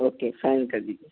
okay final کر دیجیے